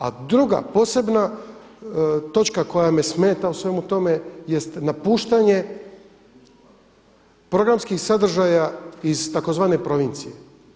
A druga posebna točka koja me smeta u svemu tome jest napuštanje programskih sadržaja iz tzv. provincije.